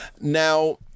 Now